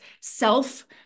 self